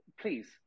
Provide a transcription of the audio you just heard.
please